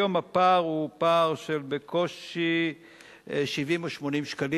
היום הפער הוא בקושי 70 או 80 שקלים.